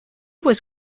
was